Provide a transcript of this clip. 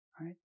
right